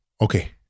Okay